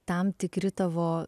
tam tikri tavo